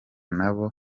nabo